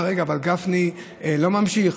רגע, אבל גפני לא ממשיך?